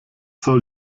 soll